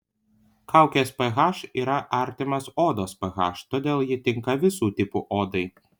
kaukės ph yra artimas odos ph todėl ji tinka visų tipų odai